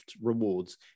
rewards